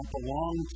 belong